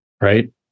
right